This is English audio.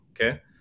okay